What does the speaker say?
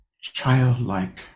childlike